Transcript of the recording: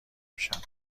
میشم